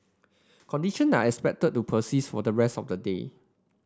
condition are expected to persist for the rest of the day